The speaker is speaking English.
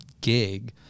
gig